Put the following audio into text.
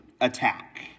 attack